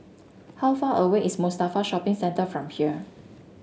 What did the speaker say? how far away is Mustafa Shopping Centre from here